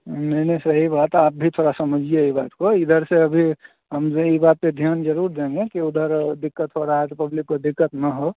नहीं नहीं सर यही बात है आप भी थोड़ा समझिए यह बात को इधर से अभी हम जो यह बात पर ध्यान ज़रूर देंगे कि उधर दिक़्क़त हो रही तो पब्लिक को दिक़्क़त ना हो ना